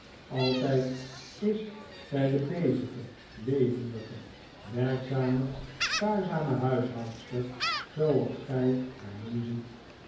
altijd is zij de bezige levendige werkzame spaarzame huishoudster zooals gij haar nu ziet